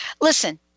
listen